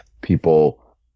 people